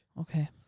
okay